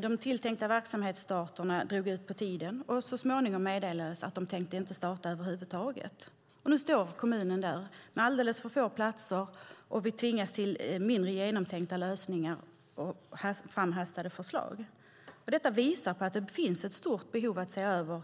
De tilltänkta verksamhetsstarterna drog ut på tiden, och så småningom meddelades att de inte tänkte starta över huvud taget. Nu står kommunen där med alldeles för få platser och tvingas till mindre genomtänkta lösningar och framhastade förslag. Detta visar att det finns ett stort behov att se över